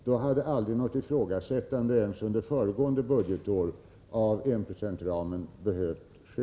Då hade aldrig något ifrågasättande av enprocentsramen behövt ske ens under föregående budgetår.